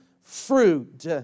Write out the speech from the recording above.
fruit